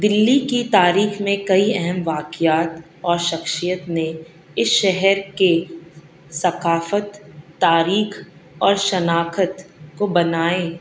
دلی کی تاریخ میں کئی اہم واقعات اور شخصیات نے اس شہر کے ثقافت تاریخ اور شناخت کو بنانے